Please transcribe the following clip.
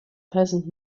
peasant